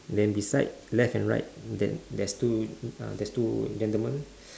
then beside left and right there~ there's two uh there's two gentlemen